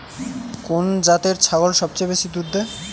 কোন জাতের ছাগল সবচেয়ে বেশি দুধ দেয়?